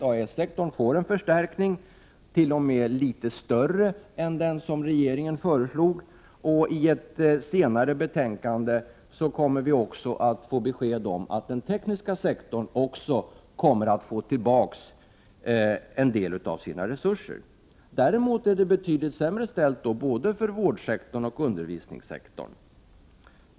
AES-sektorn har fått en förstärkning, t.o.m. litet större än den som regeringen föreslog, och i ett senare betänkande kommer vi att få besked om att den tekniska sektorn också kommer att få tillbaka en del av sina resurser. Däremot är det betydligt sämre ställt både för vårdsektorn och för undervisningssektorn.